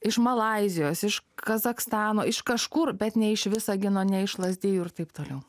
iš malaizijos iš kazachstano iš kažkur bet ne iš visagino ne iš lazdijų ir taip toliau